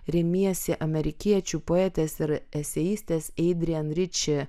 remiesi amerikiečių poetės ir eseistės eidrijan riči